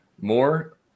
More